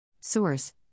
Source